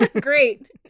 great